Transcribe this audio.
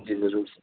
جی ضرور سر